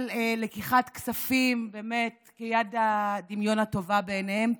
של לקיחת כספים כיד הדמיון הטובה עליהם.